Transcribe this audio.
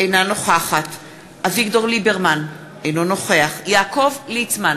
אינה נוכחת אביגדור ליברמן, אינו נוכח יעקב ליצמן,